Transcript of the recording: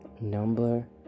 Number